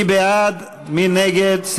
מי בעד, מי נגד?